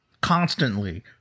constantly